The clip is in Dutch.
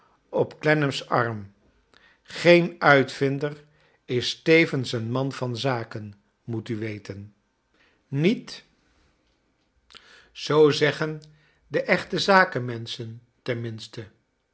op clennam's arm geen uitvinder is tevens een man van zaken moet u weten niet zoo zeggen de echte zakenmensohen ten